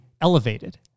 elevated